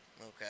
Okay